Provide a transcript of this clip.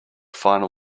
final